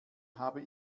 habe